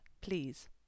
please